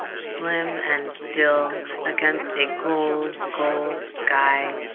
slim and still against a gold, gold sky.